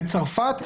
בצרפת,